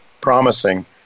promising